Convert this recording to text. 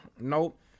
nope